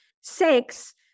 sex